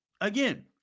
Again